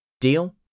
Deal